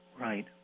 Right